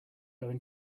going